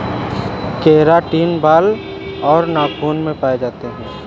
keratin बाल और नाखून में पाए जाते हैं